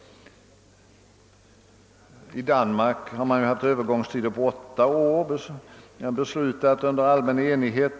I Danmark har man ju infört en övergångstid på åtta år — ett beslut som fattats under allmän enighet.